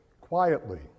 quietly